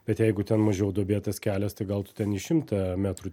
bet jeigu ten mažiau duobėtas kelias tai gal tu ten į šimtą metrų